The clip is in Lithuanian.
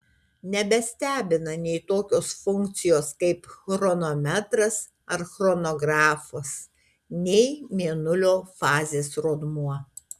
nebestebina nei tokios funkcijos kaip chronometras ar chronografas nei mėnulio fazės rodmuo